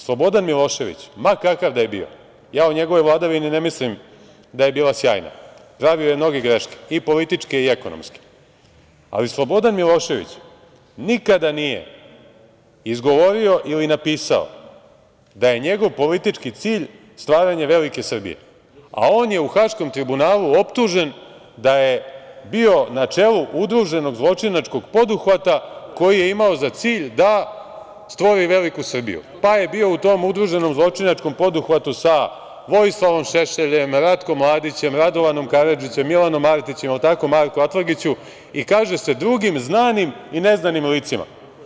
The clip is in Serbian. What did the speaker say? Slobodan Milošević, ma kakav da je bio, ja o njegovoj vladavini ne mislim da je bila sjajna, pravio je mnoge greške i političke i ekonomske, ali Slobodan Milošević nikada nije izgovorio ili napisao da je njegov politički cilj stvaranje velike Srbije, a on je u Haškom tribunalu optužen da je bio na čelu udruženog zločinačkog poduhvata koji je imao za cilj da stvori veliku Srbiju, pa je bio u tom udruženom zločinačkom poduhvatu sa Vojislavom Šešeljem, Ratkom Mladićem, Radovanom Karadžićem, Milanom Martićem, jel tako Marko Atlagiću, i kaže se drugim znanim i ne znanim licima.